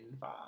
five